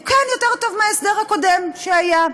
הוא כן יותר טוב מההסדר הקודם שהיה.